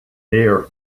air